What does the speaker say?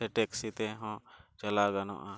ᱥᱮ ᱛᱮᱦᱚᱸ ᱪᱟᱞᱟᱣ ᱜᱟᱱᱚᱜᱼᱟ